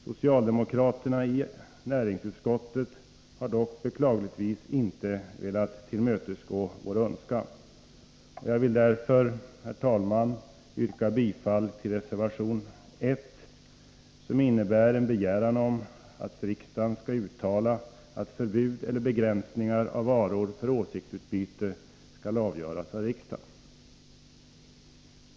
Socialdemokraterna i näringsutskottet har dock beklagligtvis inte velat tillmötesgå vår önskan. Jag vill därför, herr talman, yrka bifall till reservation 1, som innebär en begäran om att riksdagen skall uttala att frågor om förbud eller begränsningar beträffande varor för åsiktsutbyte skall avgöras av riksdagen.